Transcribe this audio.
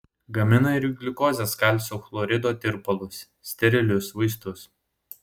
gamina ir gliukozės kalcio chlorido tirpalus sterilius vaistus